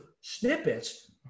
snippets